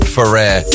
Ferrer